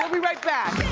um be right back.